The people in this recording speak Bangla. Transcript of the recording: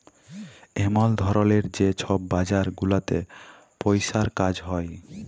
এমল ধরলের যে ছব বাজার গুলাতে পইসার কাজ হ্যয়